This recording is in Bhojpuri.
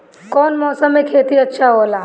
कौन मौसम मे खेती अच्छा होला?